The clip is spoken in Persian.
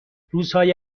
روزهای